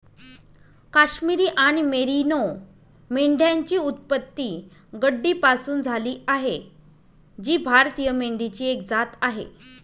काश्मिरी आणि मेरिनो मेंढ्यांची उत्पत्ती गड्डीपासून झाली आहे जी भारतीय मेंढीची एक जात आहे